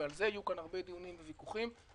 אבל